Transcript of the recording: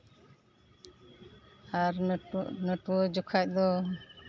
ᱟᱨ ᱱᱟᱹᱴᱩᱣᱟᱹ ᱱᱟᱹᱴᱩᱣᱟᱹ ᱡᱚᱠᱷᱟᱡ ᱫᱚ